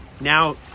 now